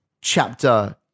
chapter